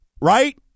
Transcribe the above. right